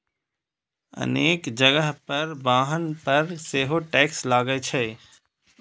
अनेक जगह पर वाहन पर सेहो टैक्स लागै छै